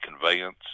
conveyance